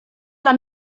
dla